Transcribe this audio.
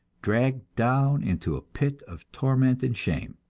dragged down into a pit of torment and shame.